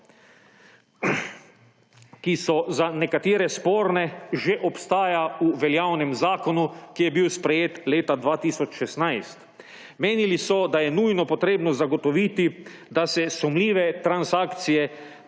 ki so za nekatere sporne, že obstaja v veljavnem zakonu, ki je bil sprejet leta 2016. Menili so, da je nujno potrebno zagotoviti, da se sumljive transakcije